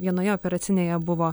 vienoje operacinėje buvo